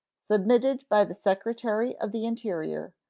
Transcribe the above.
submitted by the secretary of the interior,